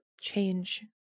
change